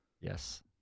Yes